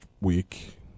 week